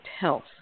health